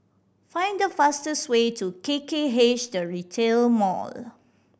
find the fastest way to K K H The Retail Mall